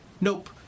Nope